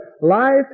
life